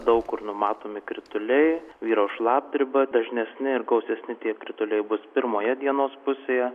daug kur numatomi krituliai vyraus šlapdriba dažnesni ir gausesni tie krituliai bus pirmoje dienos pusėje